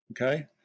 okay